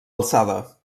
alçada